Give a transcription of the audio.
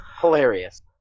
hilarious